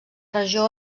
regió